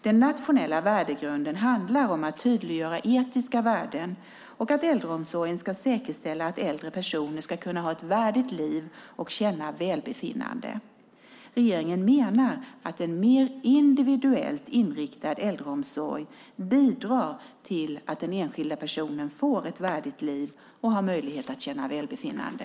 Den nationella värdegrunden handlar om att tydliggöra etiska värden och att äldreomsorgen ska säkerställa att äldre personer ska kunna ha ett värdigt liv och känna välbefinnande. Regeringen menar att en mer individuellt inriktad äldreomsorg bidrar till att den enskilda personen får ett värdigt liv och har möjlighet att känna välbefinnande.